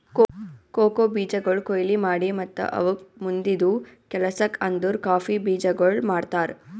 cocoa ಬೀಜಗೊಳ್ ಕೊಯ್ಲಿ ಮಾಡಿ ಮತ್ತ ಅವುಕ್ ಮುಂದಿಂದು ಕೆಲಸಕ್ ಅಂದುರ್ ಕಾಫಿ ಬೀಜಗೊಳ್ ಮಾಡ್ತಾರ್